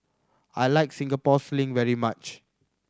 I like Singapore Sling very much